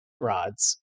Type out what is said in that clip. rods